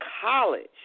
college